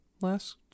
last